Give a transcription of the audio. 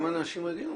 גם אנשים רגילים,